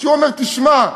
והוא אומר: תשמע,